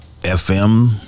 FM